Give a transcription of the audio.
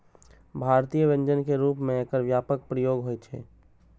भारतीय व्यंजन के रूप मे एकर व्यापक प्रयोग होइ छै